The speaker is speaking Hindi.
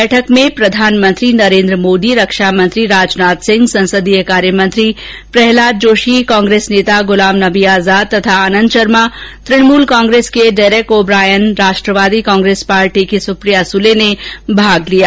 बैठक में प्रधानमंत्री नरेन्द्र मोदी रक्षामंत्री राजनाथ सिंह संसदीय कार्यमंत्री प्रहलाद जोशी कांग्रेस नेता गुलाम नबी आजाद तथा आनन्द शर्मा तृणमूल कांग्रेस के डेरेक ओ ब्रायन राष्ट्रवादी कांग्रेस पार्टी की सुप्रिया सुले ने भाग लिया